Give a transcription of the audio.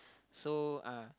so ah